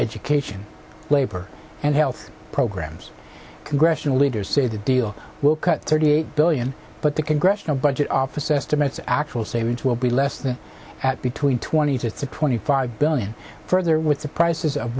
education labor and health programs congressional leaders say the deal will cut thirty eight billion but the congressional budget office estimates actual savings will be less than at between twenty to twenty five billion further with the prices of